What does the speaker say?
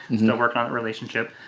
you know working on that relationship.